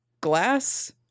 glass